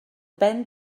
ben